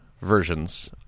versions